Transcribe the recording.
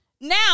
now